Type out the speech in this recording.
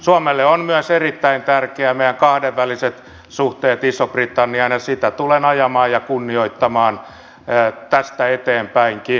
suomelle ovat myös erittäin tärkeitä meidän kahdenväliset suhteet iso britanniaan ja sitä tulen ajamaan ja kunnioittamaan tästä eteenpäinkin